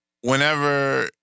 Whenever